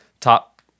top